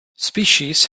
species